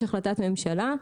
יש החלטת ממשלה.